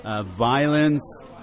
violence